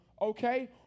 okay